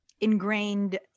ingrained